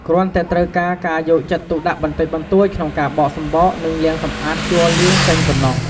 គ្រាន់តែត្រូវការការយកចិត្តទុកដាក់បន្តិចបន្តួចក្នុងការបកសំបក និងលាងសម្អាតជ័រលឿងចេញប៉ុណ្ណោះ។